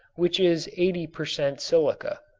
which is eighty per cent. silica.